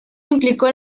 implicó